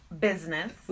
business